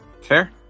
fair